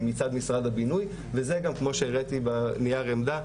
מצד משרד הבינוי וזה גם כמו שהראיתי בנייר עמדה,